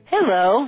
Hello